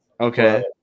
Okay